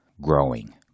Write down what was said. growing